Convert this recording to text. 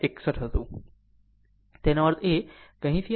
61 હતું તેનો અર્થ એ કે અહીંથી અહીં આ ભાગ 45 39